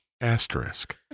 asterisk